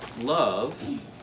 love